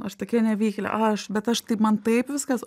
aš tokia nevykėlė aš bet aš taip man taip viskas